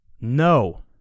no